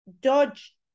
dodge